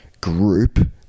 group